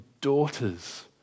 daughters